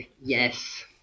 yes